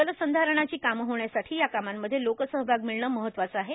जलसंधारणाची कामं होण्यासाठी या कामांमध्ये लोकसहभाग मिळणे महत्वाचं आहे